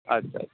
আচ্ছা আচ্ছা